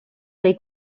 they